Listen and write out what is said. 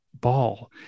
ball